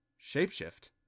Shapeshift